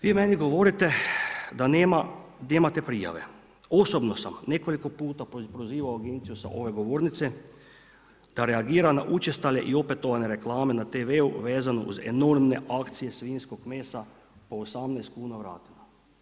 Vi meni govorite da nemate prijave, osobno sam nekoliko puta prozivao agenciju sa ove govornice da reagira na učestale i opetovane reklame na TV-u vezano uz enormne akcije svinjskog mesa po 18 kuna vratina.